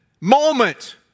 moment